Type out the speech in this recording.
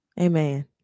amen